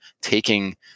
taking